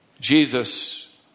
Jesus